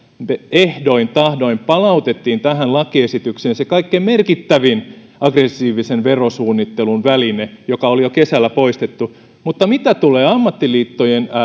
ehdoin tahdoin palautettiin tähän lakiesitykseen se kaikkein merkittävin aggressiivisen verosuunnittelun väline joka oli jo kesällä poistettu mutta mitä tulee ammattiliittojen